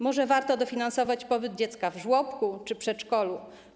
Może warto dofinansować pobyt dziecka w żłobku czy przedszkolu.